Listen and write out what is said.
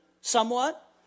somewhat